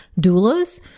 doulas